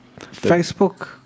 Facebook